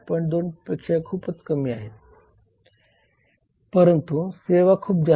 2 पेक्षा खूपच कमी आहेत परंतु सेवा खूप जास्त आहेत